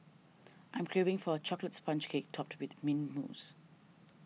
I am craving for a Chocolate Sponge Cake Topped with Mint Mousse